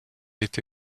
été